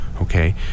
Okay